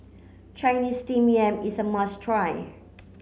Chinese steamed yam is a must try